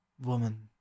Woman